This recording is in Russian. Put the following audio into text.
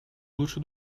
лучше